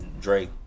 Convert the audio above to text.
drake